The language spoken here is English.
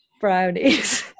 brownies